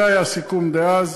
זה היה הסיכום אז.